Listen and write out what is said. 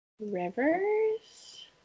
Rivers